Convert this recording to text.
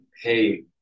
hey